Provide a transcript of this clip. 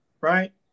Right